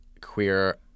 queer